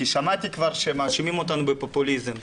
כי שמעתי כבר שמאשימים אותנו בפופוליזם.